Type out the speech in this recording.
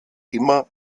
immer